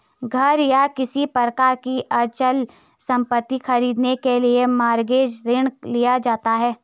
घर या किसी प्रकार की अचल संपत्ति खरीदने के लिए मॉरगेज ऋण लिया जाता है